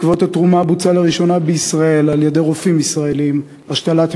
בעקבות התרומה בוצעה לראשונה בישראל על-ידי רופאים ישראלים השתלת